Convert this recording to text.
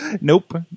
Nope